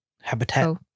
Habitat